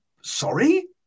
Sorry